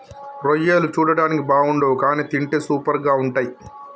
రొయ్యలు చూడడానికి బాగుండవ్ కానీ తింటే సూపర్గా ఉంటయ్